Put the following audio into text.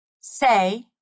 say